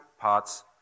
parts